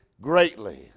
greatly